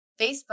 Facebook